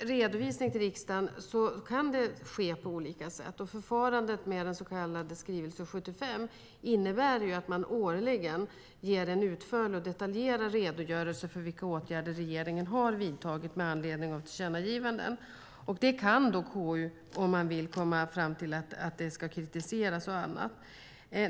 redovisning till riksdagen kan den ske på olika sätt. Förfarandet med den så kallade skrivelse nr 75 innebär att man årligen ger en utförlig och detaljerad redogörelse för vilka åtgärder regeringen har vidtagit med anledning av tillkännagivanden. Det kan då KU, om utskottet vill, komma fram till ska kritiseras och annat.